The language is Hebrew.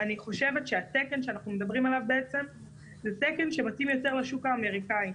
אני חושבת שהתקן שאנחנו מדברים עליו זה תקן שמתאים יותר לשוק האמריקאי,